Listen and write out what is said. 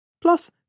Plus